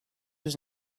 was